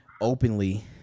openly